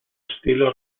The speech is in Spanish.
estilo